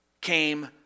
came